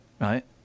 right